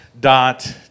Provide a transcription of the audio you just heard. Dot